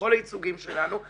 בכל הייצוגים שלנו,